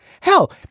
Hell